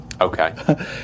Okay